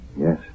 Yes